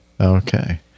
Okay